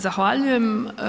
Zahvaljujem.